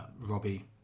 robbie